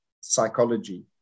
psychology